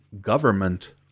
government